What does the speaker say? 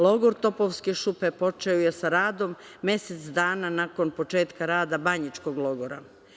Logor „Topovske šupe“ počeo je sa radom mesec dana nakon početka rada „Banjičkog logora“